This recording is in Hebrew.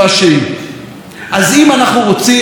אז אם אנחנו רוצים לתקן את המדינה,